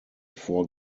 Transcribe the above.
four